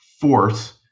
force